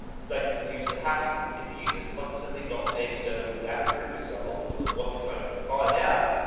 it's about the user happy. if the user's constantly not being served, the accurate result of what they try to find out.